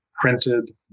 printed